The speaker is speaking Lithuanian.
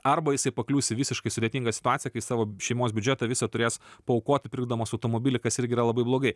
arba jisai paklius į visiškai sudėtingą situaciją kai savo šeimos biudžetą visą turės paaukoti pirkdamas automobilį kas irgi yra labai blogai